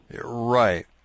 Right